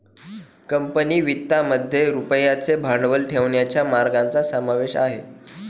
company वित्तामध्ये रुपयाचे भांडवल ठेवण्याच्या मार्गांचा समावेश आहे